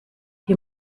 die